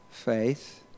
Faith